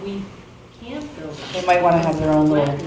we might want to have their own way